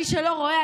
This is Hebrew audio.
מי שלא רואה,